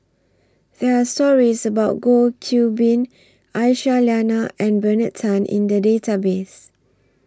There Are stories about Goh Qiu Bin Aisyah Lyana and Bernard Tan in The Database